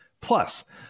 Plus